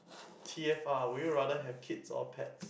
t_f_r would you rather have kids or pet